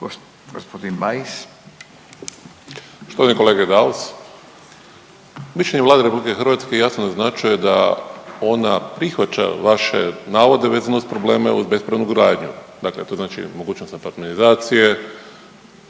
Poštovani kolega Daus mišljenje Vlade Republike Hrvatske jasno naznačuje da ona prihvaća vaše navode vezano uz probleme uz bespravnu gradnju. Dakle, to znači mogućnost … /ne razumije